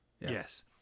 Yes